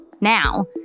Now